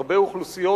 הרבה אוכלוסיות,